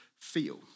feel